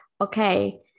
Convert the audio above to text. okay